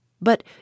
But